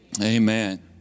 Amen